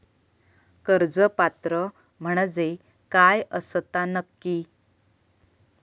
कर्ज पात्र म्हणजे काय असता नक्की?